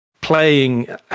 playing